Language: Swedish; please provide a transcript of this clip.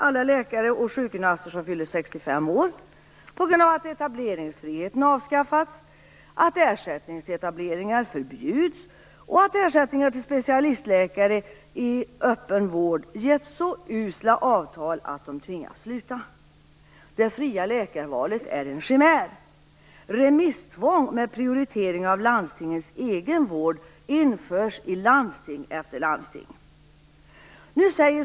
Alla läkare och sjukgymnaster senilförklaras vid 65 år, etableringsfriheten har avskaffats, ersättningsetableringar har förbjudits och ersättningar till specialistläkare i öppen vård har getts så usla avtal att de tvingas sluta. Det fria läkarvalet är en chimär. Remisstvång med prioritering av landstingens egen vård införs i landsting efter landsting.